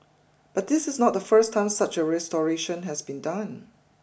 but this is not the first time such a restoration has been done